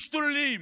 משתוללים.